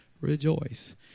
rejoice